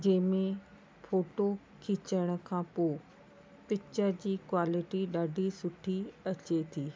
जंहिंमें फोटो खीचण खां पो पिचर जी क्वालिटी ॾाढी सुठी अचे थी